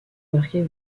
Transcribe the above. marqué